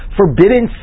forbidden